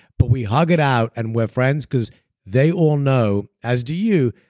but we hug it out and we're friends because they all know, as do you,